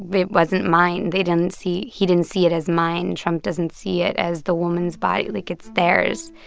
but it wasn't mine. they didn't see he didn't see it as mine. trump doesn't see it as the woman's body. like, it's theirs.